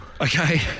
Okay